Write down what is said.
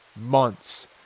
months